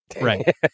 Right